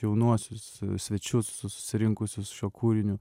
jaunuosius svečius susirinkusius šiuo kūriniu